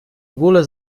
ogóle